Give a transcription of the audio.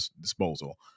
disposal